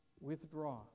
withdraw